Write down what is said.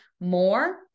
more